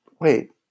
Wait